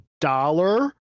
dollar